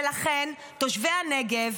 ולכן תושבי הנגב